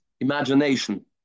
imagination